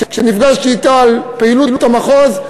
כשנפגשתי אתה על פעילות המחוז,